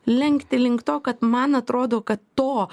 lenkti link to kad man atrodo kad to